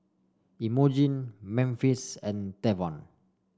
Imogene Memphis and Tavon